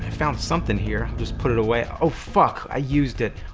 found something here. just put it away oh fuck! i used it.